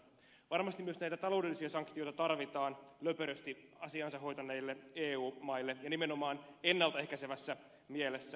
varmasti myös näitä taloudellisia sanktioita tarvitaan löperösti asiansa hoitaneille eu maille ja nimenomaan ennalta ehkäisevässä mielessä